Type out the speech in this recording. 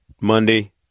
Monday